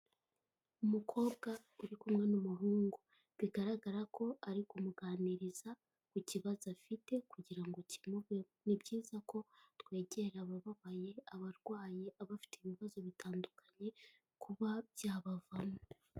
Umukobwa uri kumwe n'umuhungu, bigaragara ko ari kumuganiriza ku kibazo afite kugira ngo kimuvemo, ni byiza ko twegera abababaye, abarwaye, abafite ibibazo bitandukanye kuba byabavamo.